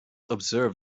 observe